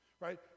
right